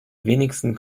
wenigsten